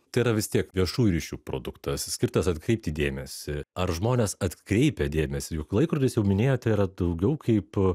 tai yra vis tiek viešųjų ryšių produktas skirtas atkreipti dėmesį ar žmonės atkreipia dėmesį jog laikrodis jau minėjote yra daugiau kaip